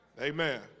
Amen